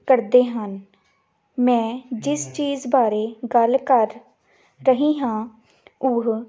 ਕਰਦੇ ਹਨ ਮੈਂ ਜਿਸ ਚੀਜ਼ ਬਾਰੇ ਗੱਲ ਕਰ ਰਹੀ ਹਾਂ ਉਹ